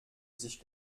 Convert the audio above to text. sich